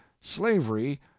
slavery